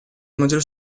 maggiore